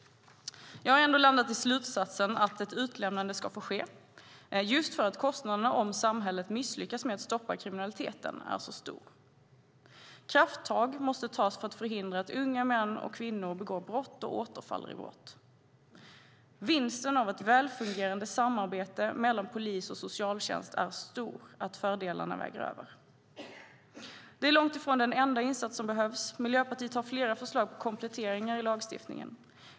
Jag har ändå landat i slutsatsen att ett utlämnande ska få ske, just för att kostnaden om samhället misslyckas med att stoppa kriminaliteten är så stor. Krafttag måste tas för att förhindra att unga män och kvinnor begår brott och återfaller i brott. Vinsten av ett välfungerande samarbete mellan polis och socialtjänst är så stor att fördelarna väger över. Det är långt ifrån den enda insats som behövs. Miljöpartiet har flera förslag på kompletteringar i lagstiftningen.